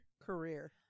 career